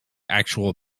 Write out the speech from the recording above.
actual